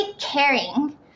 caring